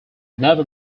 never